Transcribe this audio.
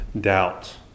doubt